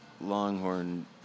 Longhorn